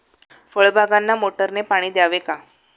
फळबागांना मोटारने पाणी द्यावे का?